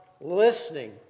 listening